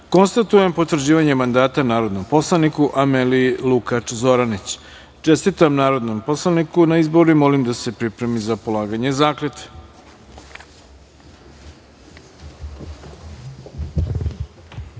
konstatujem potvrđivanje mandata narodnom poslaniku Ameli Lukač Zoranić. Čestitam narodnom poslaniku na izboru i molim da se pripremi za polaganje